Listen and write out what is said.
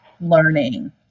learning